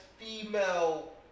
female